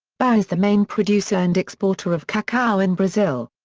bahia is the main producer and exporter of cacao in brazil.